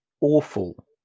awful